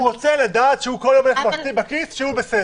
הוא רוצה ללכת בכיס עם תעודה שאומרת שהוא בסדר.